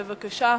בבקשה.